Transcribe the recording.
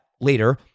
later